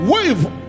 Wave